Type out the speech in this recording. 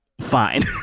fine